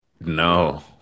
No